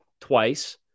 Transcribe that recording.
twice